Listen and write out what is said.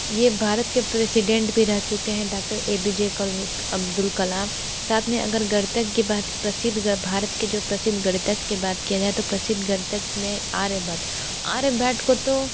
ये भारत के प्रेसिडेंट भी रह चुके हैं doctor A P J Abdul Kalam साथ में अगर गणतज्ञ की बात प्रसिद्ध भारत के जो प्रसिद्ध गणितज्ञ की बात किया जाए तो प्रसिद्ध गणितज्ञ में आर्यभट्ट आर्यभट्ट को तो